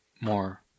more